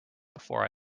before